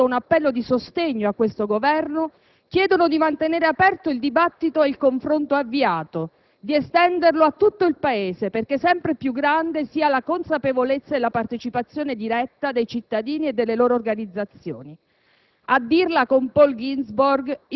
Le tante associazioni che hanno sottoscritto un appello di sostegno a questo Governo chiedono di mantenere aperto il dibattito e il confronto avviato, di estenderlo a tutto il Paese perché sempre più grande sia la consapevolezza e la partecipazione diretta dei cittadini e delle loro organizzazioni.